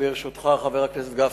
ברשותך, חבר הכנסת גפני,